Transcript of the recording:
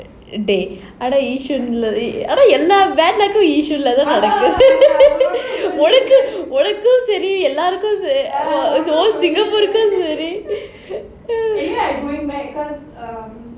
dey எல்லா:ella yishun உனக்கும் சரி எல்லோருக்கும் சரி:unakkum sari ellorukkum sari yishun எல்லோருக்கும் சரி:ellorukkum sari